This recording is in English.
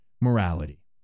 morality